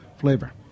flavor